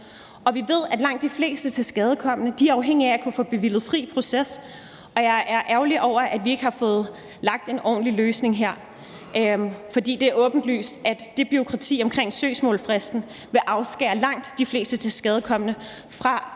Vi ved, at langt de fleste tilskadekomne er afhængige af at kunne få bevilget fri proces, og jeg er ærgerlig over, at vi ikke har fået lavet en ordentlig løsning her, for det er åbenlyst, at det bureaukrati, der er, omkring søgsmålsfristen, vil afskære langt de fleste tilskadekomne fra